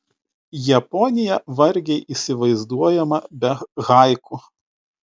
japonija vargiai įsivaizduojama be haiku